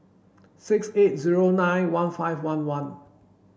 six eight zero nine one five one one